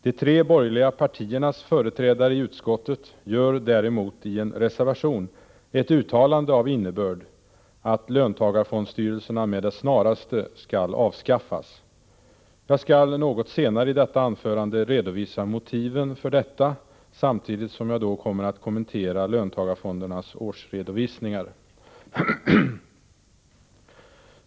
De tre borgerliga partiernas företrädare i utskottet gör däremot i en reservation ett uttalande av innebörden att löntagarfondsstyrelserna med det snaraste skall avskaffas. Jag skall något senare i detta anförande redovisa motiven för detta samtidigt som jag också kommenterar löntagarfondernas årsredovisningar.